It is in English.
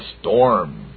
storm